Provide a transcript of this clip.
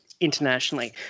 internationally